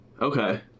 Okay